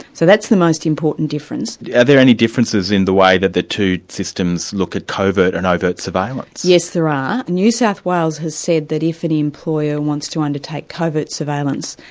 so that's the most important difference. are there any differences in the way that the two systems look at covert and overt surveillance? yes, there are. ah new south wales has said that if an employer wants to undertake covert surveillance,